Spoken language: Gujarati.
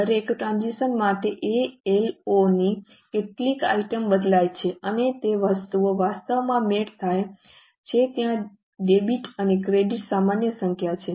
દરેક ટ્રાન્ઝેક્શન માટે A L O ની કેટલીક આઇટમ બદલાય છે અને તે વસ્તુઓ વાસ્તવમાં મેળ ખાય છે ત્યાં ડેબિટ અને ક્રેડિટની સમાન સંખ્યા છે